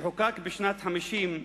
שחוקק בשנת 1950,